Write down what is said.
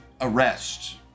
arrest